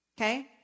okay